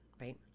right